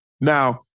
Now